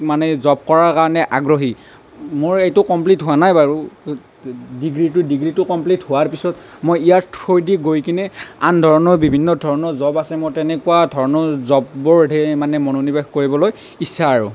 মানে জব কৰাৰ কাৰণে আগ্ৰহী মোৰ এইটো কমপ্লিট হোৱা নাই বাৰু ডিগ্ৰীটো ডিগ্ৰীটো কমপ্লিট হোৱাৰ পিছত মই ইয়াৰ থ্ৰ'ইদি গৈ কিনে আন ধৰণৰ বিভিন্ন ধৰণৰ জব আছে মই তেনেকুৱা ধৰণৰ জববোৰতহে মানে মনোনিবেশ কৰিবলৈ ইচ্ছা আৰু